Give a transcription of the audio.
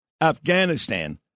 Afghanistan